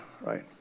right